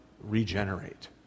regenerate